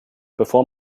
bevor